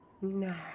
No